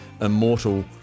immortal